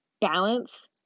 balance